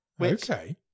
Okay